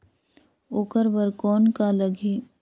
ओकर बर कौन का लगी?